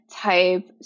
type